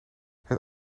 het